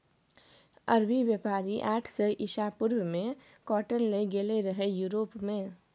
अरबी बेपारी आठ सय इसा पूर्व मे काँटन लए गेलै रहय युरोप मे